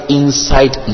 inside